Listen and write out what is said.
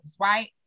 right